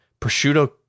prosciutto